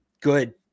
Good